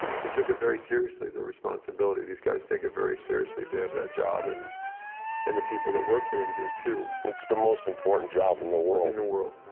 he took it very seriously, the responsibility, these guys take it very seriously to have that job, and and the people that work for them do too. it's the most important job in the world. in the world.